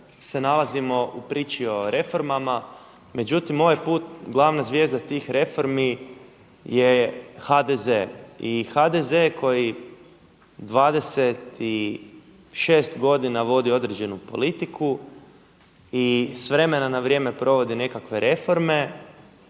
se nalazimo u priči o reformama, međutim ovaj put glavna zvijezda tih reformi je HDZ i HDZ koji 26 godina vodi određenu politiku i s vremena na vrijeme provodi nekakve reforme,